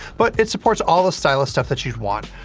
but it supports all the stylus stuff that you'd want,